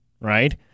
right